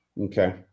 Okay